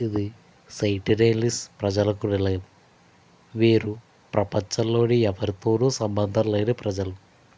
ఇది సెంటెనెలీస్ ప్రజలకు నిలయం వీరు ప్రపంచంలోని ఎవరితోనూ సంబంధం లేని ప్రజలు